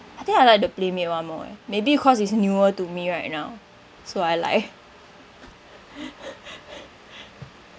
I think I like the PlayMade [one] more eh maybe cause it's newer to me right now so I like